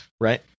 right